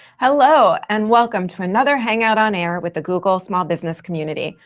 hello and welcome to another hangout on air with the google small business community.